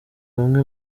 bamwe